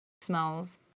smells